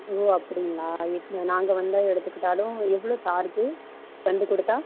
ஓ அப்படிங்களா எடுத்துனு நாங்கள் வந்து எடுத்துக்கிட்டாலும் எவ்வளோ சார்ஜு வந்து கொடுத்தா